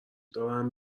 دارم